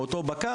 או אותו בקר,